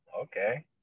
okay